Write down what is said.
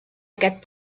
aquest